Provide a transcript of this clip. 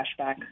cashback